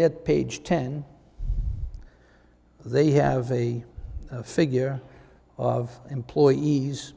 their page ten they have a figure of employees